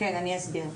אני אסביר.